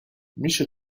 میشه